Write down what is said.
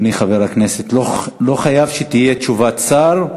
אדוני חבר הכנסת, לא חייבת להיות תשובת שר,